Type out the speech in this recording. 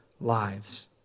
lives